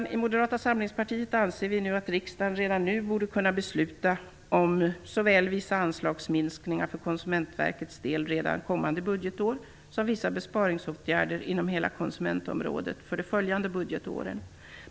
Vi i Moderata samlingspartiet anser att riksdagen redan nu borde kunna besluta om såväl vissa anslagsminskningar för Konsumentverkets del redan kommande budgetår som vissa besparingsåtgärder inom hela konsumentområdet för de följande budgetåren.